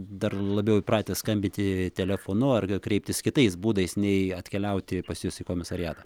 dar labiau įpratę skambinti telefonu ar kreiptis kitais būdais nei atkeliauti pas jus į komisariatą